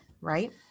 right